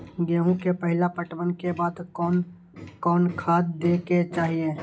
गेहूं के पहला पटवन के बाद कोन कौन खाद दे के चाहिए?